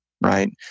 right